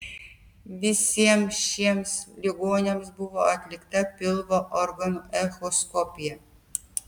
visiems šiems ligoniams buvo atlikta pilvo organų echoskopija